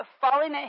falling